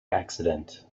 accident